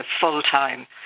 full-time